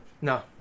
No